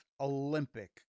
Olympic